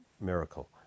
miracle